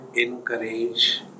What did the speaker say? encourage